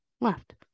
left